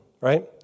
right